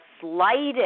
slightest